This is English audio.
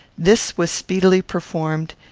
this was speedily performed,